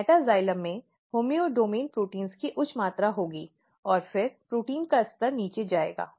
metaxylem में homeodomain protein की उच्च मात्रा होगी और फिर प्रोटीन का स्तर नीचे जाएगा